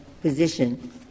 position